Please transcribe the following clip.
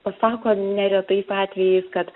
pasako neretais atvejais kad